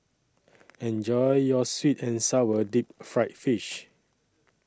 Enjoy your Sweet and Sour Deep Fried Fish